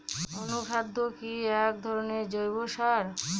অনুখাদ্য কি এক ধরনের জৈব সার?